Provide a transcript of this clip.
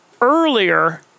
earlier